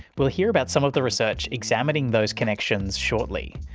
we'll hear about some of the research examining those connections shortly.